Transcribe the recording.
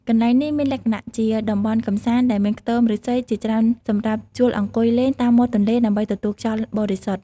កន្លែងនេះមានលក្ខណៈជាតំបន់កម្សាន្តដែលមានខ្ទមឫស្សីជាច្រើនសម្រាប់ជួលអង្គុយលេងតាមមាត់ទន្លេដើម្បីទទួលខ្យល់បរិសុទ្ធ។